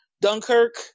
dunkirk